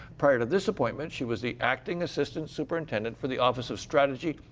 prior to this appointment she was the acting assistant superintendent for the office of strategy,